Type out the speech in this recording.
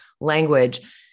language